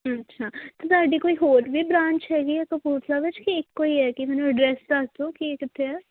ਅੱਛਾ ਅਤੇ ਤੁਹਾਡੀ ਕੋਈ ਹੋਰ ਵੀ ਬਰਾਂਚ ਹੈਗੀ ਆ ਕਪੂਰਥਲਾ ਵਿੱਚ ਕਿ ਇੱਕੋ ਹੀ ਹੈ ਕਿ ਮੈਨੂੰ ਐਡਰੈਸ ਦੱਸ ਦਿਓ ਕਿ ਇਹ ਕਿੱਥੇ ਆ